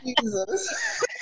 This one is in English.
Jesus